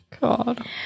God